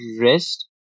rest